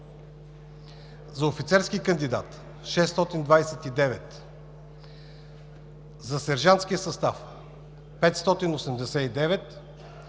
за офицерски кандидат – 629; за сержантския състав – 589; за